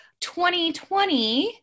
2020